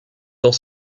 dans